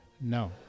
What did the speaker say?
No